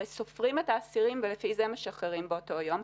הרי סופרים את האסירים ולפי זה משחררים באותו יום,